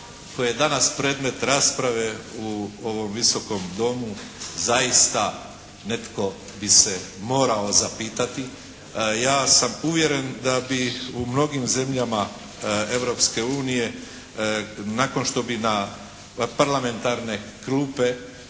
koje je danas predmet rasprave u ovom Visokom domu zaista netko bi se morao zapitati. Ja sam uvjeren da bi u mnogim zemljama Europske unije nakon što bi na parlamentarne klupe